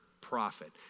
prophet